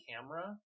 camera